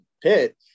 Pitt